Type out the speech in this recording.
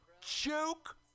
Joke